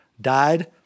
died